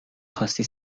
خواستی